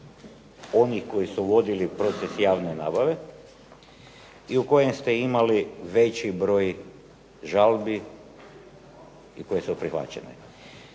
onih koji su vodili proces javne nabave, i u kojem ste imali veći broj žalbi, i koje su prihvaćene.